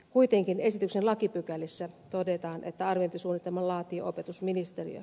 kuitenkin esityksen lakipykälissä todetaan että arviointisuunnitelman laatii opetusministeriö